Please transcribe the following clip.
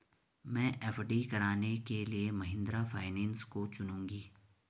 मैं एफ.डी कराने के लिए महिंद्रा फाइनेंस को चुनूंगी